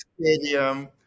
stadium